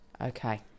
Okay